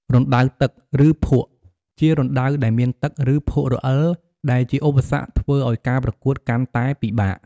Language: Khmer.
រណ្តៅទឹក ឬភក់ ជារណ្តៅដែលមានទឹក ឬភក់រអិល ដែលជាឧបសគ្គធ្វើឲ្យការប្រកួតកាន់តែពិបាក។